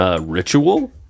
ritual